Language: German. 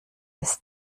ist